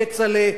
כצל'ה,